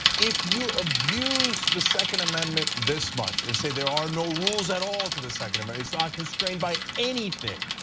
if you abuse the second amendment this much and say there are no rules at all to the second amendment, ah it's not constrained by anything,